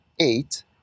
eight